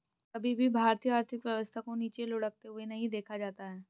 कभी भी भारतीय आर्थिक व्यवस्था को नीचे लुढ़कते हुए नहीं देखा जाता है